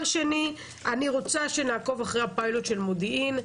שנית, אני רוצה שנעקוב אחרי הפיילוט של מודיעין.